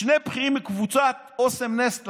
שני בכירים הם מקבוצת אסם-נסטלה,